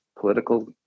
political